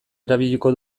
erabiliko